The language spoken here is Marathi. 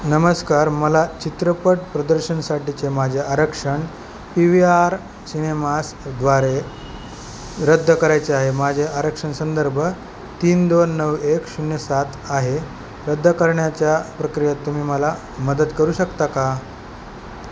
नमस्कार मला चित्रपट प्रदर्शनासाठीचे माझे आरक्षण पी वी आर सिनेमासद्वारे रद्द करायचे आहे माझे आरक्षण संदर्भ तीन दोन नऊ एक शून्य सात आहे रद्द करण्याच्या प्रक्रियेत तुम्ही मला मदत करू शकता का